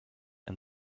and